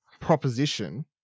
proposition